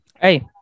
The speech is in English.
Hey